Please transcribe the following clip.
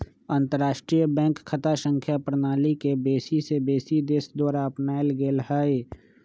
अंतरराष्ट्रीय बैंक खता संख्या प्रणाली के बेशी से बेशी देश द्वारा अपनाएल गेल हइ